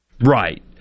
Right